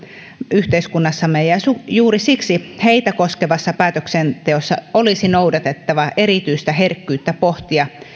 yhteiskunnassamme ja juuri siksi heitä koskevassa päätöksenteossa olisi noudatettava erityistä herkkyyttä pohtia